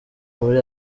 muri